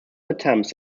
attempts